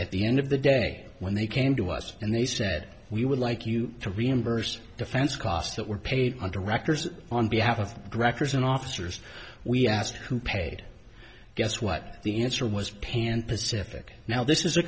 at the end of the day when they came to us and they said we would like you to reimburse defense costs that were paid under wreckers on behalf of the directors and officers we asked who paid guess what the answer was pay and pacific now this is a